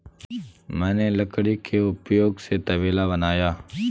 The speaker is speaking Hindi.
मैंने लकड़ी के उपयोग से तबेला बनाया